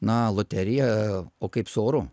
na loterija o kaip su oru